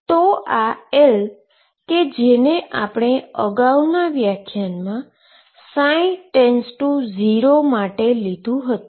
તો L કે જેને આપણે અગાઉના વ્યાખ્યાનમાં ψ→0 લીધુ હતું